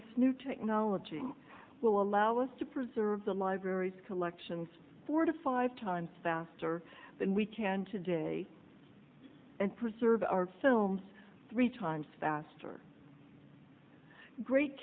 this new technology will allow us to preserve the libraries collections four to five times faster than we can today and preserve our films three times faster great